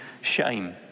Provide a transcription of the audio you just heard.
shame